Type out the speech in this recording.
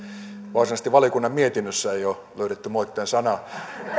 varsinaisesti valiokunnan mietinnöstä ei ole löydetty moitteen sanaa